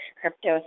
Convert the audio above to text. crypto